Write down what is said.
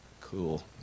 Cool